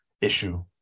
issue